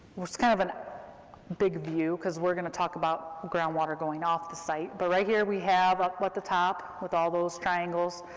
we're, it's kind of a big view, cause we're going to talk about groundwater going off the site, but right here we have, up at but the top, with all those triangles,